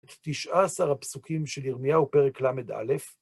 תשעה עשר הפסוקים של ירמיהו, פרק ל"א,